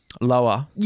lower